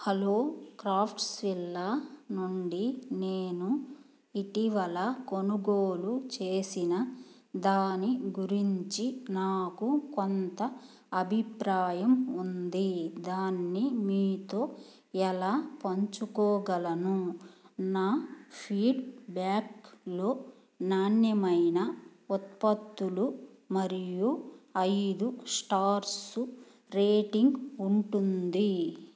hello Craftsvilla నుండి నేను ఇటీవల కొనుగోలు చేసిన దాని గురించి నాకు కొంత అభిప్రాయం ఉంది దాన్ని మీతో ఎలా పంచుకోగలను నా ఫీడ్బ్యాక్లో నాణ్యమైన ఉత్పత్తులు మరియు ఐదు స్టార్సు రేటింగ్ ఉంటుంది